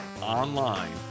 online